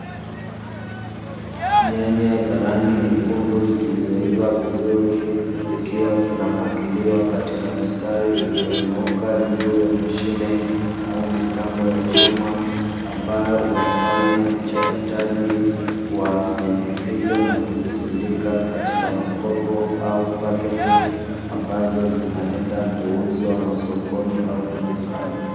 Nyanya za rangi nyekundu zilizoiva vizuri zikiwa zinapangiliwa katika mstari ulionyooka juu ya mashine au mitambo ya chuma, ambayo inafanya uchakataji wa nyanya hizo na kuzisindika katika makopo au paketi ambazo zinaenda kuuzwa sokoni au madukani.